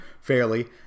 fairly